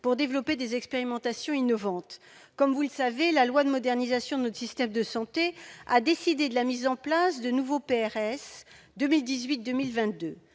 pour développer des expérimentations innovantes. Comme vous le savez, mes chers collègues, la loi de modernisation de notre système de santé a décidé de la mise en place de nouveaux PRS,